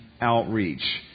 outreach